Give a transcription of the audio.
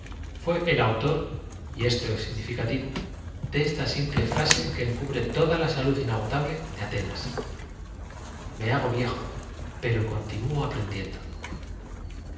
é el autor y eso es bigniflcativo de esta simple fase que encubre toda la salud inagotable de atenas me hago viejo pero continúo aprendiendo